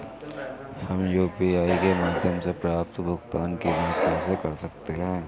हम यू.पी.आई के माध्यम से प्राप्त भुगतान की जॉंच कैसे कर सकते हैं?